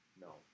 No